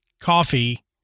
coffee